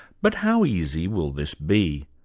but how easy will this be?